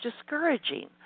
discouraging